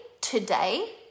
today